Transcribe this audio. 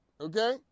Okay